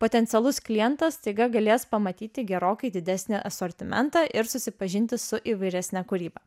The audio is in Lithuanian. potencialus klientas staiga galės pamatyti gerokai didesnį asortimentą ir susipažinti su įvairesne kūryba